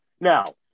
now